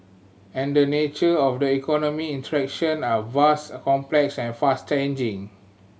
and the nature of the economy interaction are vast complex and fast changing